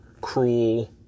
cruel